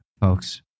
folks